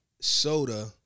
soda